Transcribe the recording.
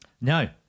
no